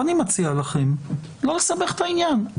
אני מציע לכם לא לסבך את העניין.